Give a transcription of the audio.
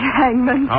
hangman